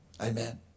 Amen